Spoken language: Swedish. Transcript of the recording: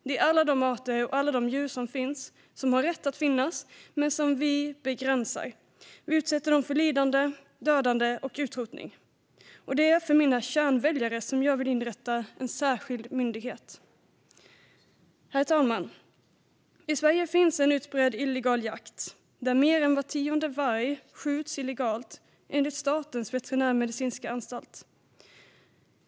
Det är alla de arter och alla de djur som finns, som har rätt att finnas, men som vi begränsar, utsätter för lidande, dödar och utrotar. Och det är för mina kärnväljare som jag vill inrätta en särskild myndighet. Herr talman! I Sverige finns en utbredd illegal jakt där mer än var tionde varg skjuts illegalt, enligt Statens veterinärmedicinska anstalt.